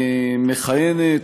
מכהנת